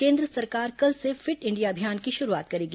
केन्द्र सरकार कल से फिट इंडिया अभियान की शुरूआत करेगी